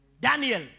Daniel